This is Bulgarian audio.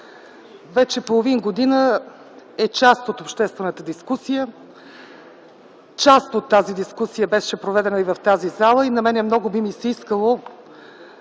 вече половин година е част от обществената дискусия. Част от тази дискусия беше проведена и в тази зала и на мен много би ми се искало